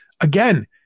again